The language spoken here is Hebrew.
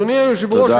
אדוני היושב-ראש,